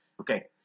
okay